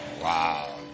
wow